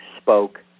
spoke